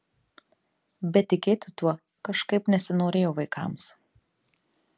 bet tikėti tuo kažkaip nesinorėjo vaikams